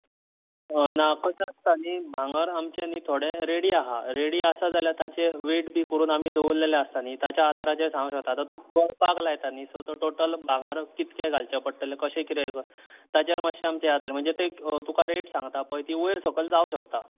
ना कशें आसता न्ही भांगार आमचें न्ही थोडें रेडी आसा रेडी आसा जाल्यार ताचें वेयट बी करून दवरलेलें आसता न्ही ताच्या आदाराचेर सांगूंक शकता आतां तूं करपाक लायता न्ही सो तो टोटल भांगार कितकें घालचें पडटलें कशें कितें ताचेर मातशें आमचें हें जातलें तुका रेट सांगता पळय ती वयर सकयल जावूंक शकता